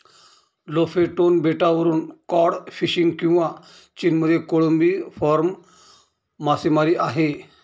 Lofoten बेटावरून cod fishing किंवा चीनमध्ये कोळंबी फार्म मासेमारी आहे